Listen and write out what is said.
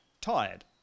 tired